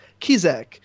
Kizak